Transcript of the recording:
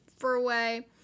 Furway